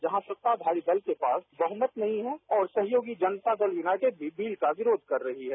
जहाँ सत्ताधारी दल के पास बहुमत नहीं है और सहयोगी जनता दल यूनाइटेड भी इस बिल का विरोध कर रही है